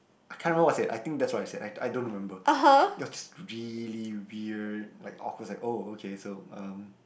I can't remember what I said I think that's what I said I I don't remember it was this really weird like awkward it's like oh okay so um